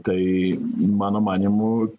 tai mano manymu